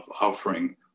offering